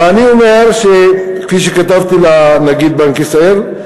אבל אני אומר, כפי שכתבתי לנגיד בנק ישראל,